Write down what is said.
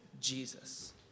Jesus